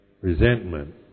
resentment